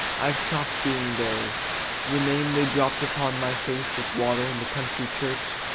i've stopped being theirs the name they dropped upon my face with water, in the country church,